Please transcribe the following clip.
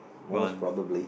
most probably